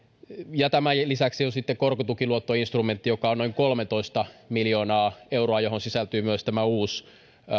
tämän lisäksi on korkotukiluottoinstrumentti joka on noin kolmetoista miljoonaa euroa johon sisältyy myös uusi